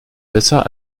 besser